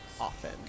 often